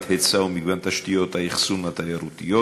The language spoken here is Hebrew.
היצע ומגוון תשתיות האכסון התיירותיות